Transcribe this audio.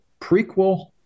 prequel